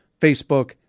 Facebook